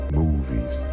movies